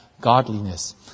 godliness